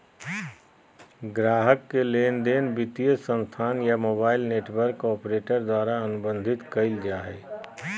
ग्राहक के लेनदेन वित्तीय संस्थान या मोबाइल नेटवर्क ऑपरेटर द्वारा अनुबंधित कइल जा हइ